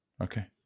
Okay